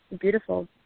beautiful